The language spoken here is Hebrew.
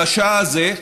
הרשע הזה,